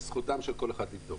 זכותם של כל אחד לבדוק.